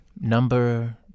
number